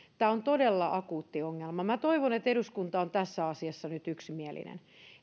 tämä on todella akuutti ongelma minä toivon että eduskunta on tässä asiassa nyt yksimielinen